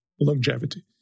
longevity